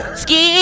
ski